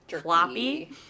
floppy